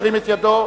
ירים את ידו.